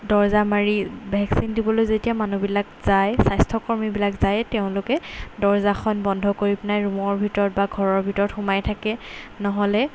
দৰ্জা মাৰি ভেকচিন দিবলৈ যেতিয়া মানুহবিলাক যায় স্বাস্থ্যকৰ্মীবিলাক যায় তেওঁলোকে দৰ্জাখন বন্ধ কৰি পিনাই ৰূমৰ ভিতৰত বা ঘৰৰ ভিতৰত সোমাই থাকে নহ'লে